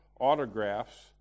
autographs